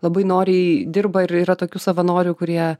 labai noriai dirba ir yra tokių savanorių kurie